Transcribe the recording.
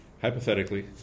hypothetically